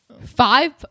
Five